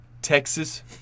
Texas